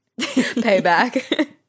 Payback